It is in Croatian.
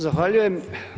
Zahvaljujem.